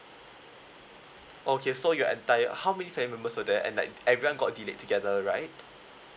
okay so your entire how many family members were there and like everyone got delayed together right